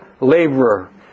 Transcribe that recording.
laborer